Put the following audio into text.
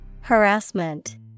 Harassment